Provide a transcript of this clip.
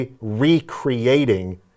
recreating